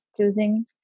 choosing